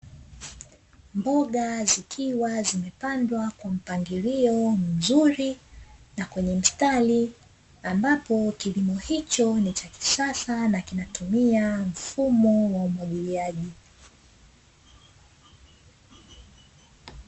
Mboga zikiwa zimepandwa kwa mpangilio mzuri na kwenye mistari, ambapo kilimo hicho ni cha kisasa na kinatumia mfumo wa umwagiliaji.